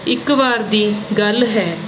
ਇੱਕ ਵਾਰ ਦੀ ਗੱਲ ਹੈ